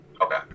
Okay